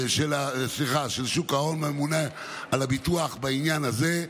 סליחה, של שוק ההון, הממונה על הביטוח בעניין הזה.